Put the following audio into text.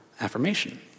affirmation